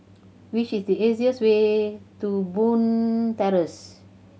what is the easiest way to Bond Terrace